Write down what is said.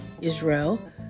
Israel